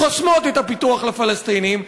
חוסמות את הפיתוח לפלסטינים,